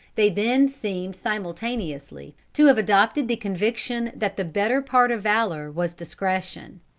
they then seemed simultaneously to have adopted the conviction that the better part of valor was discretion.